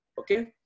okay